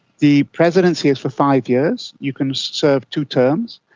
the presidency is for five years, you can serve two terms.